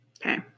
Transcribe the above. Okay